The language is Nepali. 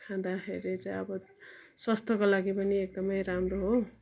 खाँदाखेरि चाहिँ अब स्वास्थ्यको लागि पनि एकदमै राम्रो हो